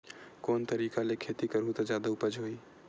कोन तरीका ले खेती करहु त जादा उपज होही?